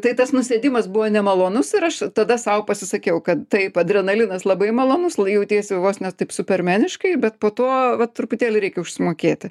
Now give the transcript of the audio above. tai tas nusėdimas buvo nemalonus ir aš tada sau pasisakiau kad taip adrenalinas labai malonus jautiesi vos ne taip supermeniškai bet po to vat truputėlį reik užsimokėti